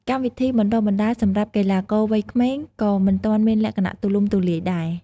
កម្មវិធីបណ្តុះបណ្តាលសម្រាប់កីឡាករវ័យក្មេងក៏មិនទាន់មានលក្ខណៈទូលំទូលាយដែរ។